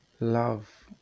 love